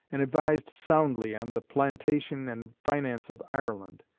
and advised soundly, on the plantation and finance of ireland.